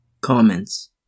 Comments